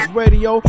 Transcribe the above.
radio